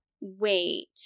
Wait